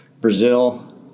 Brazil